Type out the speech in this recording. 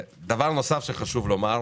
דבר נוסף שחשוב לומר,